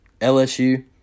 LSU